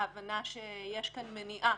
ההבנה שיש כאן מניעה,